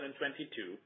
2022